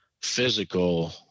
physical